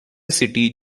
city